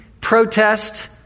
protest